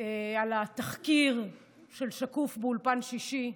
על התחקיר של שקוף באולפן שישי.